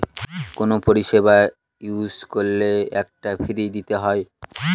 কোনো পরিষেবা ইউজ করলে একটা ফী দিতে হয়